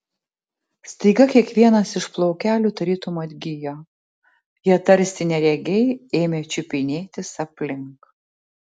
staiga kiekvienas iš plaukelių tarytum atgijo jie tarsi neregiai ėmė čiupinėtis aplink